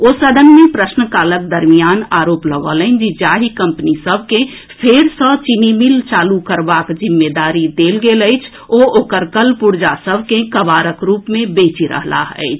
ओ सदन मे प्रश्नकालक दरमियान आरोप लगौलनि जे जाहि कम्पनी सभ के फेर सँ चीनी मिल चालू करबाक जिम्मेदारी देल गेल अछि ओ ओकर कल पुर्जा सभ के कबाड़क रूप मे बेचि रहलाह अछि